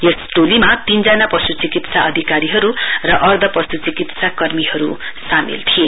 यस टोलीमा तीनजना पशुचिकित्सा अधिकारीहरु र अर्धपशुचिकित्सा कर्मीहरु सामेल थिए